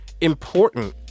important